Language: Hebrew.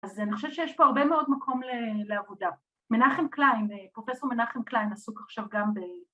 ‫אז אני חושבת שיש פה ‫הרבה מאוד מקום לעבודה. ‫מנחם קליין, פרופ' מנחם קליין, ‫עסוק עכשיו גם ב...